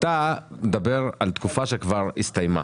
מדבר על תקופה שכבר הסתיימה,